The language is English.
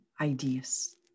ideas